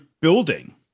building